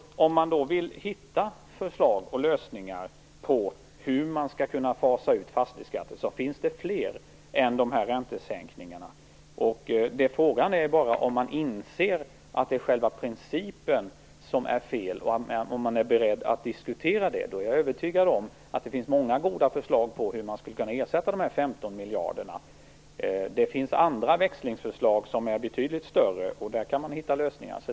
Om man vill hitta förslag och lösningar på hur man skall kunna fasa ut fastighetsskatten finns det fler sådana än det om räntesänkningarna. Frågan är bara om man inser att det är själva principen som är fel. Är man beredd att diskutera det så är jag övertygad om att det finns många goda förslag på hur man skulle kunna ersätta dessa 15 miljarder kronor. Det finns andra, och betydligt större, växlingsförslag där man kan hitta lösningar.